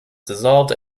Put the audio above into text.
dissolved